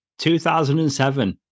2007